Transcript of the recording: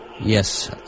Yes